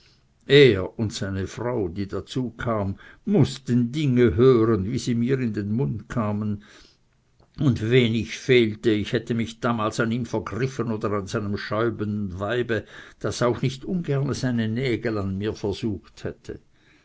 er und seine frau die dazu kam mußten dinge hören wie sie mir in den mund kamen und wenig fehlte ich hätte mich damals an ihm vergriffen oder an seinem schäumenden weibe das auch nicht ungerne seine nägel an mir versucht hätte